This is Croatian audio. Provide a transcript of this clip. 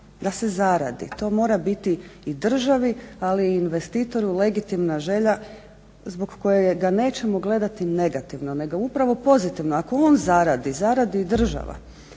da se zaradi. To mora biti i državi ali i investitoru legitimna želja zbog koje ga nećemo gledati pozitivno nego upravo pozitivno. Ako on zaradi, zaradi i država,